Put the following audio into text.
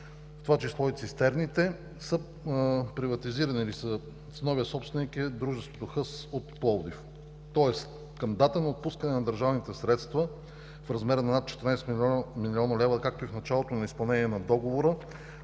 това число и цистерните, са приватизирани. Новият собственик на дружеството е „Хъс“ от Пловдив. Към датата на отпускане на държавните средства в размер на 14 милиона лева, както и в началото на изпълнение на договора,